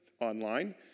online